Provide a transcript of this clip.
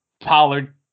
Pollard